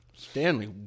Stanley